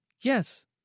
Yes